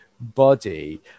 body